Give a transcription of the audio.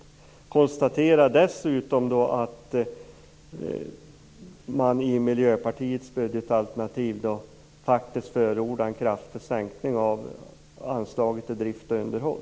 Jag konstaterar dessutom att Miljöpartiet i sitt budgetalternativ faktiskt förordar en kraftig sänkning av anslaget till drift och underhåll.